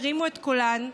הרימו את קולן,